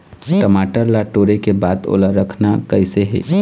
टमाटर ला टोरे के बाद ओला रखना कइसे हे?